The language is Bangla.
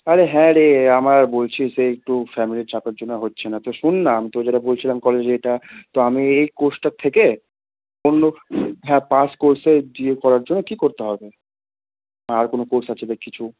আরে হ্যাঁ রে আমার বলছি সেই একটু ফ্যামিলির চাপের জন্য হচ্ছে না তো শোন না তো যেটা বলছিলাম কলেজে এটা তো আমি এই কোর্সটা থেকে অন্য হ্যাঁ পাস কোর্সে বি এ করার জন্য কী করতে হবে আর কোনো কোর্স আছে বা কিছু